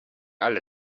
alle